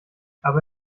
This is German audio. aber